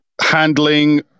handling